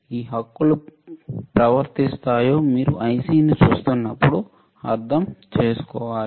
ఈ హక్కులు ప్రవర్తిస్తాయో మీరు IC ని చూస్తున్నప్పుడు అర్థం చేసుకోవాలి